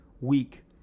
week